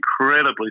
incredibly